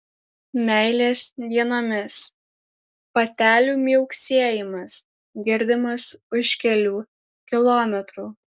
meilės dienomis patelių miauksėjimas girdimas už kelių kilometrų